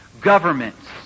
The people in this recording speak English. governments